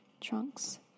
trunks